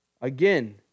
Again